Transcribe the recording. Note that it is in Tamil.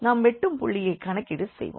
நாம் வெட்டும் புள்ளியைக் கணக்கீடு செய்வோம்